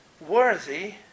worthy